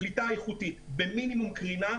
קליטה איכותית במינימום קרינה,